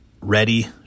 ready